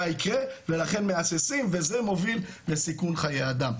יקרה ולכן מהססים וזה מוביל לסיכון חיי אדם,